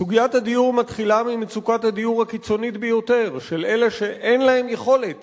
סוגיית הדיור מתחילה ממצוקת הדיור הקיצונית ביותר של אלה שאין להם יכולת